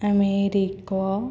America